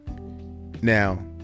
Now